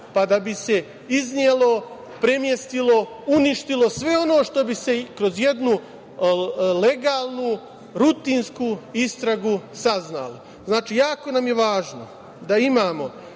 Pa, da bi se iznelo, premestilo, uništilo sve ono što bi se kroz jednu legalnu, rutinsku istragu saznalo. Znači, jako nam je važno da imamo